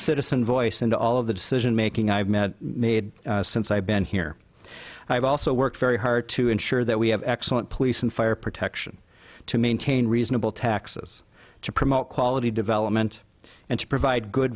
citizen voice into all of the decision making i've met made since i've been here i've also worked very hard to ensure that we have excellent police and fire protection to maintain reasonable taxes to promote quality development and to provide good